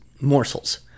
morsels